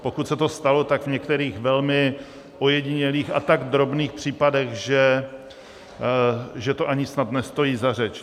Pokud se to stalo, tak v některých velmi ojedinělých a tak drobných případech, že to ani snad nestojí za řeč.